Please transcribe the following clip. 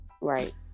Right